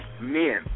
men